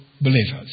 believers